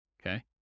okay